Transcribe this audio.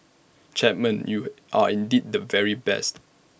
Chapman you are indeed the very best